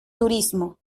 turismo